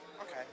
Okay